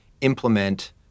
implement